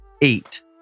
eight